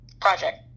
project